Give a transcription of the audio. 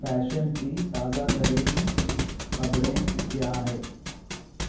fashion کی تازہ ترین خبریں کیا ہے